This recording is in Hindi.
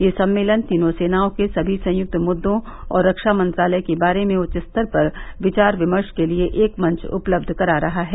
यह सम्मेलन तीनों सेनाओं के समी संयुक्त मुद्दों और रक्षा मंत्रालय के बारे में उच्चस्तर पर विचार विमर्श के लिए एकमंच उपलब्ध करा रहा है